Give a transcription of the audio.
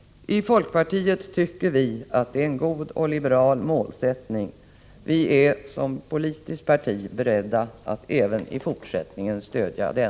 I folkpartiet tycker vi att detta är en god och liberal målsättning. Vi är som politiskt parti beredda att även i fortsättningen stödja den.